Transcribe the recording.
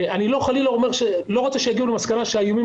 אני חלילה לא רוצה שיגיעו למסקנה שהאיומים